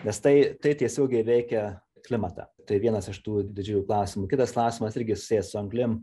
nes tai tai tiesiogiai veikia klimatą tai vienas iš tų didžiųjų klausimų kitas klausimas irgi susijęs su anglim